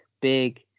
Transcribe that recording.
big